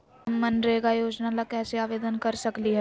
हम मनरेगा योजना ला कैसे आवेदन कर सकली हई?